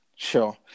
Sure